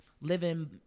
living